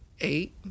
eight